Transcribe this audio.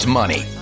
money